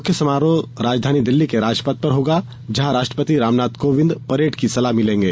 मुख्य समारोह राजधानी दिल्ली के राजपथ पर होगा जहां राष्ट्रपति रामनाथ कोविंद परेड की सलामी लेंगे